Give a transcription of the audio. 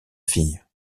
fille